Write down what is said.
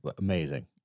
Amazing